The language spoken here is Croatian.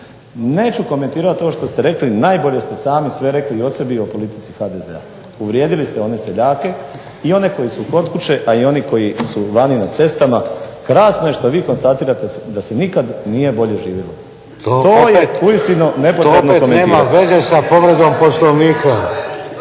Neću komentirati ovo što ste rekli, najbolje ste sami sve rekli i o sebi i o politici HDZ-a. Uvrijedili ste one seljake, i one koji su kod kuće, a i oni koji su vani na cestama, krasno je što vi konstatirate da se nikad nije bolje živilo. To je uistinu nepotrebno komentirati. **Šeks, Vladimir (HDZ)** To opet nema veze sa povredom Poslovnika.